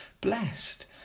blessed